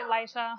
later